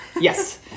Yes